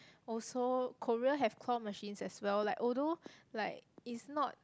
also Korea have claw machines as well like although like it's not